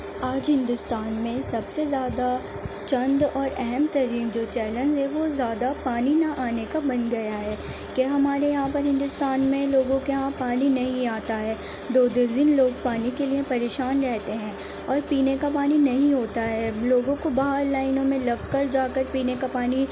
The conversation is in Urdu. آج ہندوستان میں سب سے زیادہ چند اور اہم ترین جو چیلنج ہیں وہ زیادہ پانی نہ آنے کا بن گیا ہے کہ ہمارے یہاں پر ہندوستان میں لوگوں کے یہاں پانی نہیں آتا ہے دو دو دن لوگ پانی کے لیے پریشان رہتے ہیں اور پینے کا پانی نہیں ہوتا ہے لوگوں کو باہر لائنوں میں لگ کر جا کر پینے کا پانی